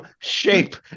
shape